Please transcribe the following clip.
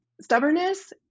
stubbornness